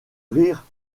rire